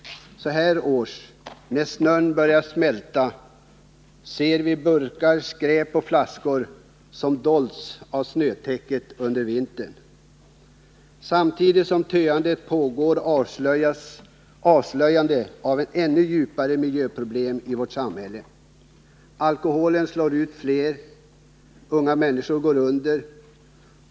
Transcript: Så här års, när snön börjar smälta, ser vi burkar, skräp och flaskor som dolts av snötäcket under vintern. Samtidigt som töandet, pågår avslöjandet av ännu djupare miljöproblem i vårt samhälle. Alkoholen slår ut allt fler. Unga människor går under.